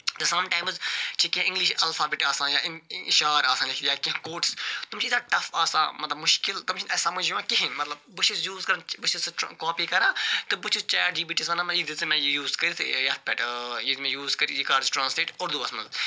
تہٕ سَم ٹایمز چھِ کیٚںٛہہ اِنٛگلِش اٮ۪لفابِٹ آسان یا شعر آسان چھِ یا کیٚنٛہہ کوٹٕس تِم چھِ ییٖتیٛاہ ٹَف آسان مَطلَب مُشکِل تِم چھِنہٕ اَسہِ سمجھ یِوان کِہیٖنۍ مطلب بہٕ چھُس یوٗز کران بہٕ چھُس نہٕ کاپی کران تہٕ بہٕ چھُس چیٹ جی بی ٹی یَس ونان مےٚ یہِ دِ ژٕ مےٚ یوٗز کٔرِتھ یَتھ پٮ۪ٹھ یہِ دِ مےٚ یوٗز کٔرِتھ یہِ کَر ژٕ ٹرٛانٕسلیٹ اردُوَس مَنٛز